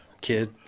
kid